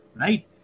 right